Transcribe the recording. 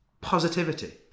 Positivity